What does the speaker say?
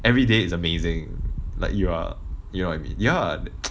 every is amazing like you are you know what I mean ya